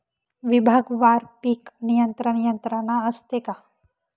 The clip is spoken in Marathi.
विभागवार पीक नियंत्रण यंत्रणा असते का?